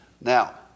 Now